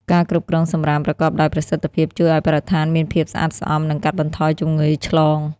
ការគ្រប់គ្រងសំរាមប្រកបដោយប្រសិទ្ធភាពជួយឱ្យបរិស្ថានមានភាពស្អាតស្អំ និងកាត់បន្ថយជំងឺឆ្លង។